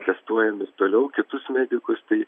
testuojam ir toliau kitus medikus tai